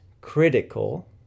critical